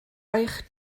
eich